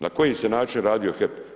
Na koji se način radio HEP?